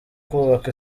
kubaka